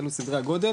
אלו סדרי הגודל